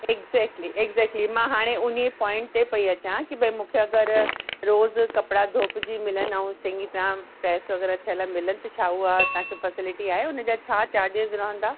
exactly exactly मां हाणे उन्हीअ पॉइंट ते पेई अचां कि भई मूंखे अगरि रोज़ु कपिड़ा धोपिजी मिलनि ऐं चङी तरह प्रेस वग़ैरह थियल मिलनि त छा उहा तव्हांखे फ़ैसिलिटी आहे हुनजा छा चार्जिस रहंदा